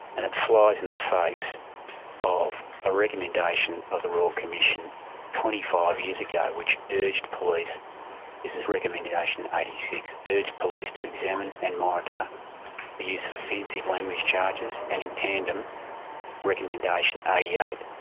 and it flies in the face of a recommendation of the royal commission twenty five years ago which urged police, this is recommendation eighty six, urged police to examine and monitor the use of offensive language charges, and in tandem recommendation eighty eight,